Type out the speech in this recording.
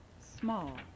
small